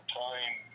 time